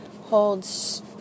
holds